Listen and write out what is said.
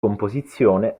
composizione